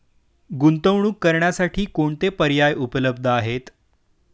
गुंतवणूक करण्यासाठी कोणते पर्याय उपलब्ध आहेत?